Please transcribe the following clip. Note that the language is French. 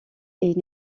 est